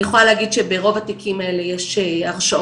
אני יכולה להגיד שברוב התיקים האלה יש הרשעות,